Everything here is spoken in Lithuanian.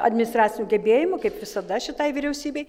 administracinių gebėjimų kaip visada šitai vyriausybei